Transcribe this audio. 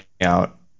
out